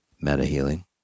meta-healing